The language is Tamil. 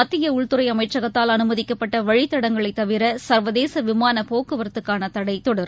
மத்தியஉள்துறைஅமைச்சகத்தால் அனுமதிக்கப்பட்டவழிதடங்களைதவிர சர்வதேசவிமானப் எனவே போக்குவரத்துக்கானதடைதொடரும்